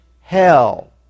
hell